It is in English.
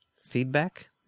feedback